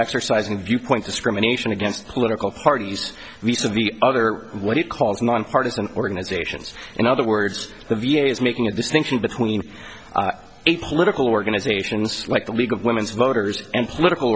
exercising viewpoint discrimination against political parties we serve the other what it calls nonpartisan organizations in other words the v a is making a distinction between a political organizations like the league of women's voters and political